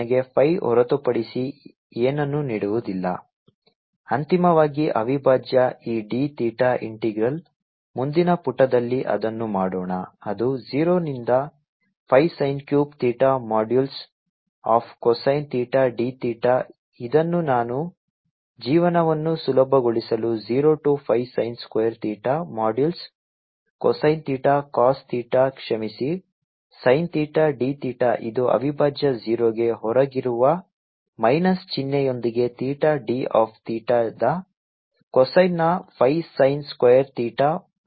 0Rdr r5R66 02πϕdϕ1202π1 cos2ϕdϕπ ಅಂತಿಮ ಅವಿಭಾಜ್ಯ ಈ d ಥೀಟಾ ಇಂಟಿಗ್ರಲ್ ಮುಂದಿನ ಪುಟದಲ್ಲಿ ಅದನ್ನು ಮಾಡೋಣ ಅದು 0 ನಿಂದ pi sin cube theta modulus of cosine theta d theta ಇದನ್ನು ನಾನು ಜೀವನವನ್ನು ಸುಲಭಗೊಳಿಸಲು 0 to pi sin square theta modulus cosine theta cos theta ಕ್ಷಮಿಸಿ sin ಥೀಟಾ d ಥೀಟಾ ಇದು ಅವಿಭಾಜ್ಯ 0 ಗೆ ಹೊರಗಿರುವ ಮೈನಸ್ ಚಿಹ್ನೆಯೊಂದಿಗೆ ಥೀಟಾ d ಆಫ್ ಥೀಟಾದ cosineನ pi sin square theta modulus cosine